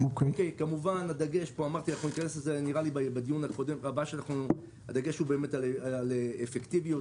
הדגש הוא על אפקטיביות,